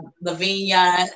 Lavinia